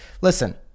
listen